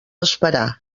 esperar